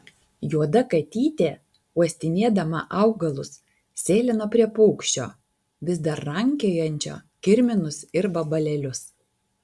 juoda katytė uostinėdama augalus sėlino prie paukščio vis dar rankiojančio kirminus ir vabalėlius